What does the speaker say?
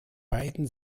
beiden